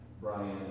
Brian